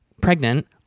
pregnant